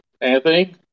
Anthony